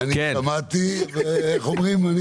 אני שמעתי, ואיך אומרים?